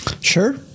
Sure